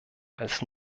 als